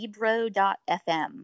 Libro.fm